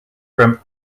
from